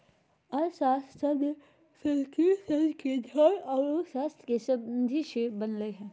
अर्थशास्त्र शब्द संस्कृत शब्द के धन औरो शास्त्र के संधि से बनलय हें